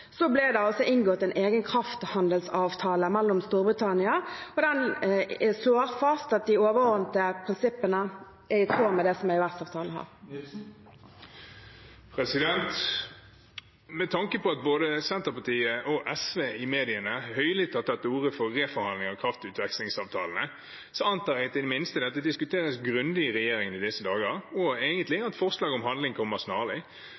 ble det inngått en egen krafthandelsavtale med Storbritannia, og den slår fast at de overordnete prinsippene er i tråd med dem som EØS-avtalen har. Med tanke på at både Senterpartiet og SV i mediene høylytt har tatt til orde for reforhandling av kraftutvekslingsavtalene, antar jeg at dette i det minste diskuteres grundig i regjeringen i disse dager, og egentlig at forslag om handling kommer snarlig